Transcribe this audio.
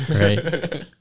Right